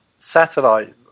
satellite